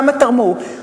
למה תרמו.